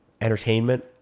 entertainment